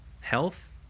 health